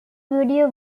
video